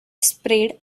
sprayed